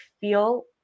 feel